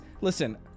listen